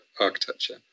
architecture